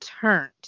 turned